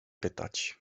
pytać